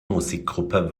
musikgruppe